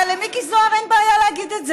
הרי למיקי זוהר אין בעיה להגיד את זה.